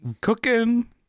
cooking